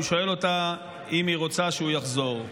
והוא שואל אותה אם היא רוצה שהוא יחזור.